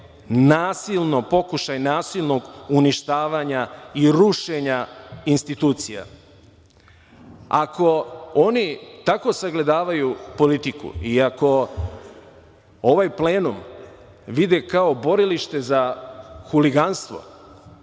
nasilno, pokušaj nasilnog uništavanja i rušenja institucija. Ako oni tako sagledavaju politiku i ako ovaj plenum vide kao borilište za huliganstvo